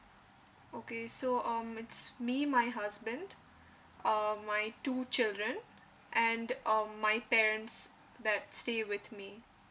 okay so um it's me my husband uh my two children and um my parents that stay with me